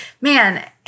man